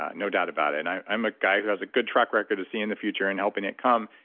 ah no doubt about it. and i'm i'm a guy who has a good track record of seeing the future and helping it come.